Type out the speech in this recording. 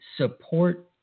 support